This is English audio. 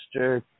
Mr